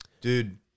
Dude